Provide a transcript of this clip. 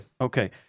Okay